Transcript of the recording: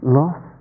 loss